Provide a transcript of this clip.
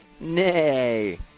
Nay